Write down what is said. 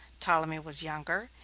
ptolemy was younger,